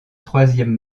troisième